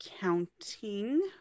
counting